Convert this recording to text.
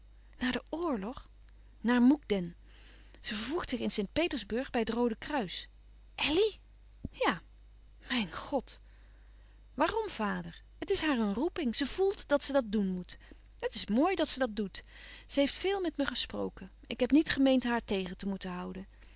naar den oorlog naar moekden ze vervoegt zich in st petersburg bij het roode kruis elly ja mijn god waarom vader het is haar een roeping ze voelt dat ze dat doen moet het is mooi dat ze dat doet ze heeft veél met me gesproken ik heb niet gemeend haar tegen te moeten houden